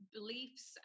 beliefs